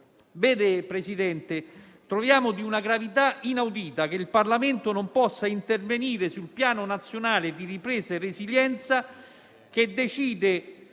Signor Presidente, troviamo di una gravità inaudita che il Parlamento non possa intervenire sul Piano nazionale di ripresa e resilienza, che decide